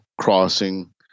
crossing